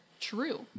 true